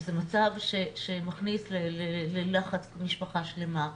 וזה מצב שמכניס ללחץ משפחה שלמה,